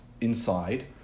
inside